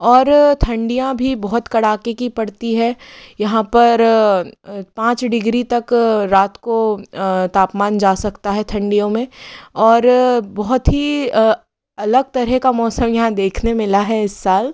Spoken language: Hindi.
और ठंडियां भी बहुत कड़ाके की पड़ती हैं यहाँ पर पाँच डिग्री तक रात को तापमान जा सकता है ठंडियों में और बहुत ही अलग तरह का मौसम देखने मिला है इस साल